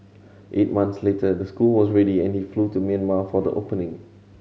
eight month later the school was ready and he flew to Myanmar for the opening